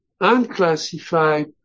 unclassified